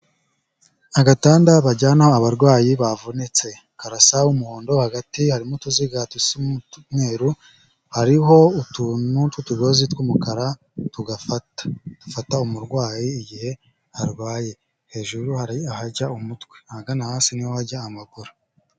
Agatanda bajyanaho abarwayi bavunitse karasa umuhondo hagati harimo utuziga tw'umweruru hariho utuntu tw'utugozi tw'umukara tugafata, dufata umurwayi igihe arwaye hejuru hari ahajya umutwe ahagana hasi niho hajya amaguru.